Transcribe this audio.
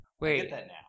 Wait